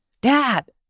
Dad